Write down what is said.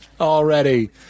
already